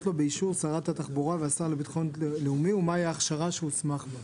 לו באישור שרת התחבורה והשר לביטחון לאומי ומה ההכשרה שהוסמך לו.